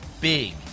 big